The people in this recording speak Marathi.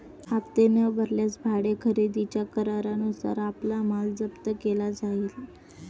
हप्ते न भरल्यास भाडे खरेदीच्या करारानुसार आपला माल जप्त केला जाईल